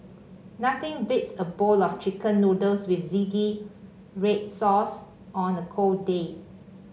nothing beats a bowl of chicken noodles with zingy red sauce on a cold day